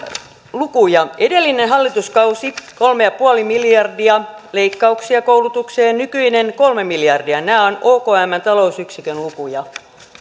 lukuja edellinen hallituskausi teki kolme pilkku viisi miljardia leikkauksia koulutukseen nykyinen kolme miljardia nämä ovat okmn talousyksikön lukuja